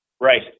right